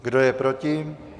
Kdo je proti?